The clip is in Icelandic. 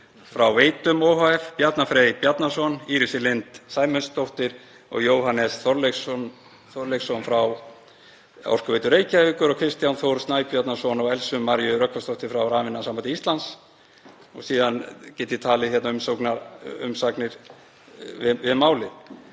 frá Veitum ohf., Bjarna Frey Bjarnason, Írisi Lind Sæmundsdóttur og Jóhannes Þorleiksson frá Orkuveitu Reykjavíkur og Kristján Þórð Snæbjarnarson og Elsu Maríu Rögnvaldsdóttur frá Rafiðnaðarsambandi Íslands.“ Síðan get ég talið upp umsagnir við málið.